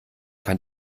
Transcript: kann